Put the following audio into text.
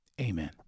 amen